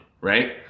right